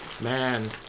Man